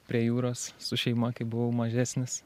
prie jūros su šeima kai buvau mažesnis